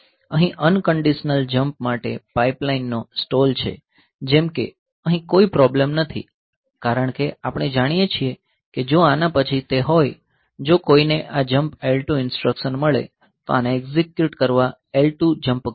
અહીં unconditional jump માટે pipeline નો સ્ટોલ છે જેમ કે અહીં કોઈ પ્રોબ્લેમ નથી કારણ કે આપણે જાણીએ છીએ કે જો આના પછી તે હોય જો કોઈને આ જમ્પ L2 ઇન્સટ્રકશન મળે તો આને એક્ઝિક્યુટ કરવા L2 જમ્પ કરશે